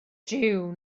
jiw